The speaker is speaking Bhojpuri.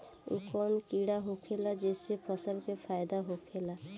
उ कौन कीड़ा होखेला जेसे फसल के फ़ायदा होखे ला?